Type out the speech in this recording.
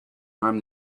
harm